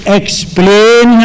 explain